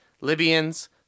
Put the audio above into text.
Libyans